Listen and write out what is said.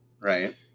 Right